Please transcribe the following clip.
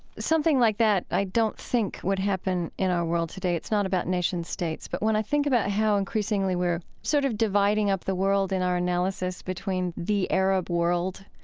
something like that i don't think would happen in our world today. it's not about nation states. but when i think about how increasingly we're sort of dividing up the world in our analysis between the arab world,